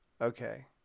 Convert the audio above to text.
Okay